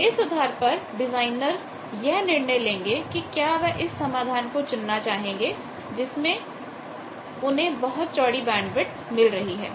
तो इस आधार पर डिजाइनर यह निर्णय लेंगे कि क्या वह इस समाधान को चुनना चाहेंगे जिसमें उन्हें बहुत चौड़ी बैंडविथ मिल रही है